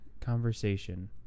conversation